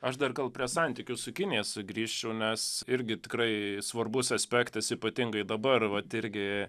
aš dar gal prie santykių su kinija sugrįšiu nes irgi tikrai svarbus aspektas ypatingai dabar vat irgi